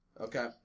Okay